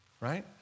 right